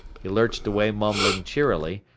he lurched away mumbling cheerily,